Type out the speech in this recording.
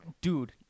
dude